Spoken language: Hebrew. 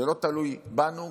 זה לא תלוי בנו,